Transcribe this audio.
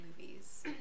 movies